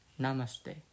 Namaste